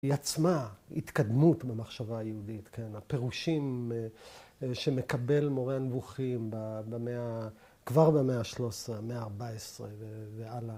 ‫היא עצמה התקדמות במחשבה היהודית, כן? ‫הפירושים שמקבל מורה הנבוכים ‫במאה כבר במאה ה-13, המאה ה-14 והלאה.